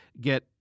get